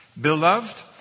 Beloved